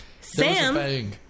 Sam